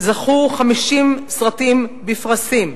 50 סרטים זכו בפרסים.